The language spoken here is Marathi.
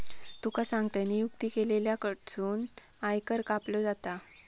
तुका सांगतंय, नियुक्त केलेल्या कडसून आयकर कापलो जाता